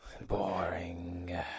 Boring